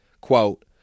quote